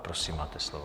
Prosím, máte slovo.